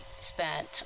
spent